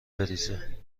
بریزه